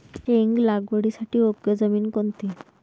शेंग लागवडीसाठी योग्य जमीन कोणती?